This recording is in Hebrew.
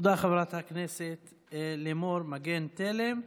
חברת הכנסת לימור מגן תלם.